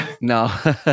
No